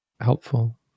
helpful